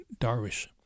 Darwish